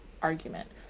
argument